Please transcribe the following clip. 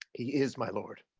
he is, my lord.